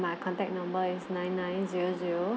my contact number is nine nine zero zero